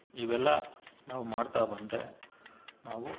ಇವೆಲ್ಲ ನಾವು ಮಾಡ್ತಾ ಬಂದರೆ ನಾವು